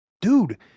dude